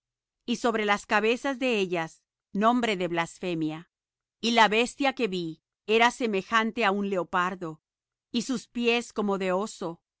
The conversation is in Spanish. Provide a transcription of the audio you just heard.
y sobre las cabezas de ella nombre de blasfemia y la bestia que vi era semejante á un leopardo y sus pies como de oso